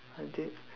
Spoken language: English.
haunted